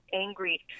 angry